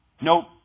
nope